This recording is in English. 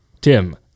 Tim